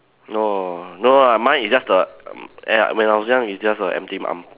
no no no no lah mine is just the m~ ya when I was young it's just a empty ang